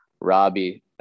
Robbie